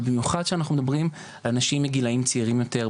אבל במיוחד כשאנחנו מדברים על אנשים בגילאים צעירים יותר,